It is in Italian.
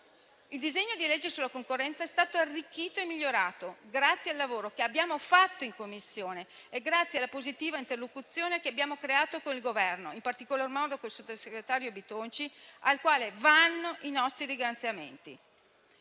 Il disegno di legge sulla concorrenza è stato arricchito e migliorato grazie al lavoro che abbiamo fatto in Commissione e grazie alla positiva interlocuzione che abbiamo creato con il Governo, in particolar modo con il sottosegretario Bitonci, al quale vanno i nostri ringraziamenti.